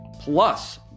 plus